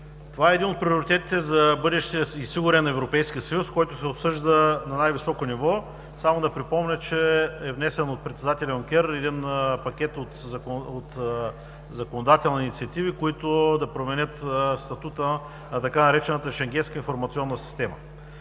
Това е един от приоритетите за бъдещия и сигурен Европейски съюз, който се обсъжда на най високо ниво. Само да припомня, че от председателя Юнкер се внесе пакет от законодателни инициативи, които да променят статута на така наречената „шенгенска информационна система“.